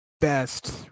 best